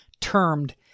termed